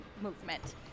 movement